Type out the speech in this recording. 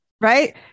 Right